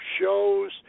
shows